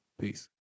Peace